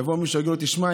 יבוא מישהו ויגיד: תשמע,